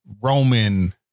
Roman